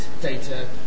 data